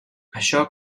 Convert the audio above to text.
això